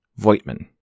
Voitman